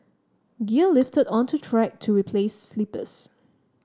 gear lifted unto track to replace sleepers